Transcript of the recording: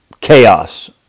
Chaos